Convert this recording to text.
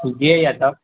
तब